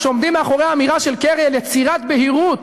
ושעומדים מאחורי האמירה של קרי על יצירת בהירות,